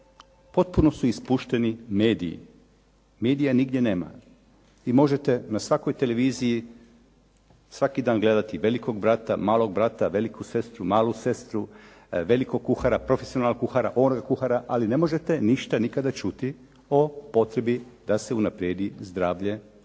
Potpuno su ispušteni mediji. Medija nigdje nema. Vi možete na svakoj televiziji svaki dan gledati velikog brata, malog brata, veliku sestru, malu sestru, velikog kuhara, profesionalnog kuhara, … /Govornik se ne razumije./ … kuhara, ali ne možete ništa nikada čuti o potrebi da se unaprijedi zdravlje